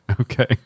Okay